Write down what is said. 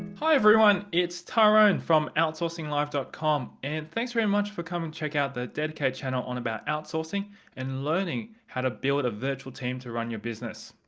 hi everyone, it's tyrone from outsourcinglive dot com and thanks very much for coming to check out the dedicated channel on about outsourcing and learning how to build a virtual team to run your business.